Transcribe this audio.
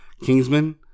Kingsman